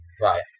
Right